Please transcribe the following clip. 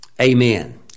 Amen